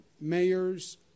mayors